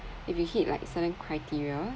if you hit like certain criteria